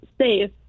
safe